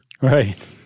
Right